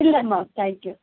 ഇല്ല ma'am thank you